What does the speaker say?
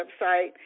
website